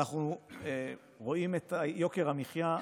ואנחנו רואים את יוקר המחיה,